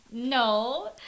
no